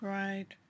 right